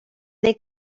they